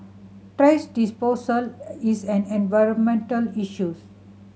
thrash disposal is an environmental issues